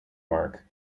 mark